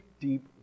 deep